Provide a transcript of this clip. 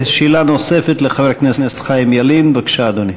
שאלה נוספת לחבר הכנסת חיים ילין, בבקשה, אדוני.